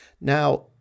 Now